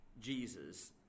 Jesus